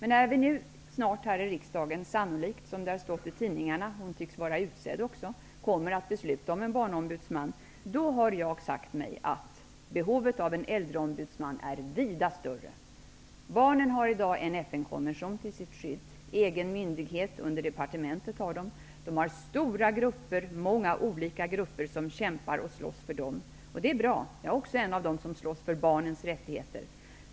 När vi nu här i riksdagen sannolikt, som det har stått i tidningen kommer att besluta om en barnombudsman -- hon tycks vara utsedd också -- har jag sagt mig att behovet av en äldreombudsman är vida större. Barnen har i dag en FN-konvention till sitt skydd. De har en egen myndighet under departementet. De har många olika, stora grupper som kämpar och slåss för dem. Det är bra. Jag är också en av dem som slåss för barnens rättigheter.